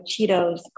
Cheetos